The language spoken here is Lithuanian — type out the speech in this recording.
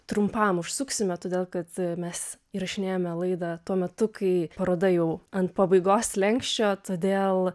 trumpam užsuksime todėl kad mes įrašinėjame laidą tuo metu kai paroda jau ant pabaigos slenksčio todėl